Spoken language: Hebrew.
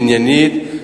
עניינית,